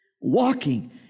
walking